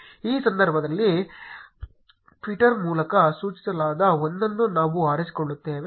ಈ ಸಂದರ್ಭದಲ್ಲಿ ಟ್ವಿಟರ್ ಮೂಲಕ ಸೂಚಿಸಲಾದ ಒಂದನ್ನು ನಾವು ಆರಿಸಿಕೊಳ್ಳುತ್ತೇವೆ